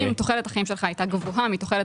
אם תוחלת החיים שלך הייתה גבוהה מתוחלת